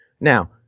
now